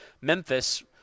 Memphis